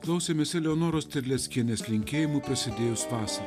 klausėmės eleonoros terleckienės linkėjimų prasidėjus vasarai